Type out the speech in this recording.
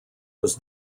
was